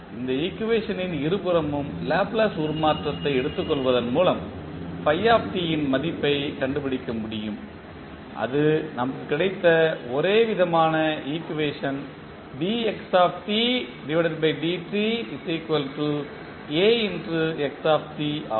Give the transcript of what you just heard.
இந்த ஈக்குவேஷன்ட்ன் இருபுறமும் லாப்லேஸ் உருமாற்றத்தை எடுத்துக்கொள்வதன் மூலம் இன் மதிப்பை கண்டுபிடிக்க முடியும் அது நமக்கு கிடைத்த ஒரேவிதமான ஈக்குவேஷன் ஆகும்